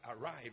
arrive